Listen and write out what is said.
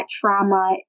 trauma